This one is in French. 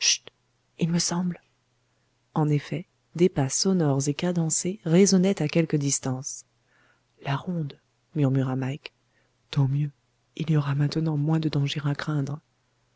il me semble en effet des pas sonores et cadencés résonnaient à quelque distance la ronde murmura mike tant mieux il y aura maintenant moins de danger à craindre